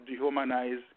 dehumanize